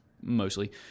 mostly